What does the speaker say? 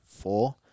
four